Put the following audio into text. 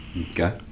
okay